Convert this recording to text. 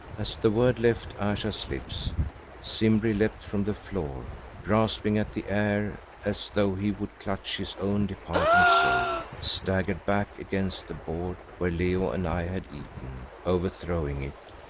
as the word left ayesha's lips simbri leapt from the floor, grasping at the air as though he would clutch his own departing soul, staggered back against the board where leo and i had eaten, overthrowing it,